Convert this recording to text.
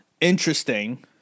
interesting